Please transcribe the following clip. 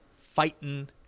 fighting